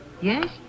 Yes